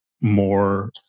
more